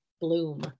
bloom